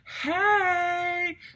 hey